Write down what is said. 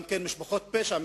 גם כן משפחות פשע,